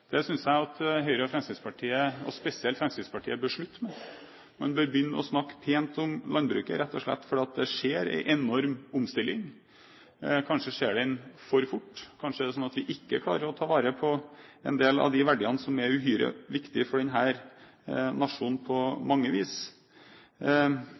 Det synes jeg at Høyre og Fremskrittspartiet, spesielt Fremskrittspartiet, bør slutte med. Man bør begynne å snakke pent om landbruket, rett og slett fordi det skjer en enorm omstilling. Kanskje skjer den for fort, kanskje er det sånn at vi ikke klarer å ta vare på en del av de verdiene som er uhyre viktige for denne nasjonen på